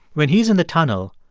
when he's in the tunnel,